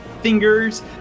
fingers